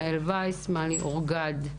יעל וייס ומלי אורגד.